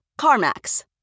CarMax